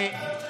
אתה תהיה הגון.